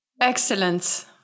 Excellent